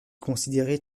considéré